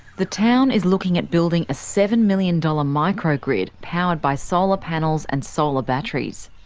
the town is looking at building a seven million dollars micro-grid powered by solar panels and solar batteries.